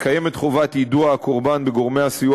קיימת חובת יידוע של הקורבן על גורמי הסיוע